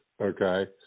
Okay